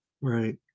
Right